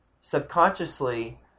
subconsciously